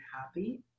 happy